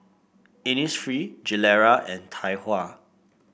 Innisfree Gilera and Tai Hua